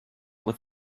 with